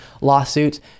lawsuits